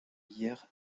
hier